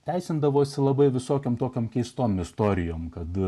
teisindavosi labai visokiom tokiom keistom istorijom kad